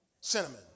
Cinnamon